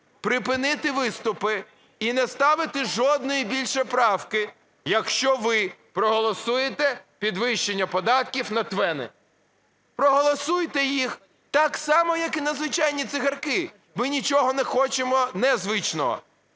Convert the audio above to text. припинити виступи і не ставити жодної більше правки, якщо ви проголосуєте підвищення податків на ТВЕНи. Проголосуйте їх так само, як і на звичайні цигарки, ми нічого не хочемо незвичного.